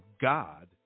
God